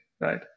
right